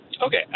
Okay